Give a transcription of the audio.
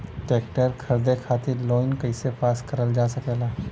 Tractor खरीदे खातीर loan कइसे पास करल जा सकेला?